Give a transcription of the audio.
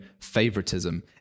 favoritism